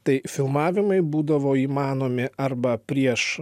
tai filmavimai būdavo įmanomi arba prieš